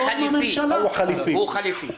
הוא חליפי.